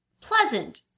pleasant